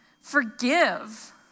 forgive